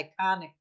iconic